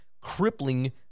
crippling